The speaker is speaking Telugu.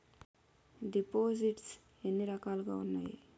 దిపోసిస్ట్స్ ఎన్ని రకాలుగా ఉన్నాయి?